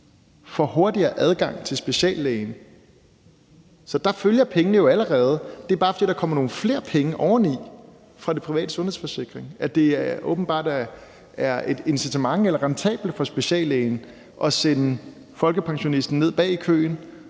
får hurtigere adgang til speciallægen. Så der følger pengene jo allerede med. Det er bare, fordi der kommer nogle flere penge oveni fra de private sundhedsforsikringer, at det åbenbart er et incitament eller rentabelt for speciallægen at sende folkepensionisten ned bag i køen